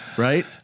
Right